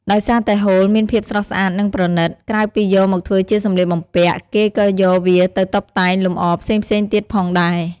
ដោយសារតែហូលមានភាពស្រស់ស្អាត និងប្រណីត ក្រៅពីយកមកធ្វើជាសម្លៀកបំពាក់ គេក៏យកវាទៅតុបតែងលម្អផ្សេងៗទៀតផងដែរ។